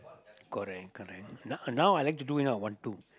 correct correct now now I like to do you know one two